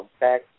back